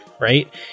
right